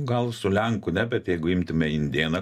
gal su lenku ne bet jeigu imtume indėną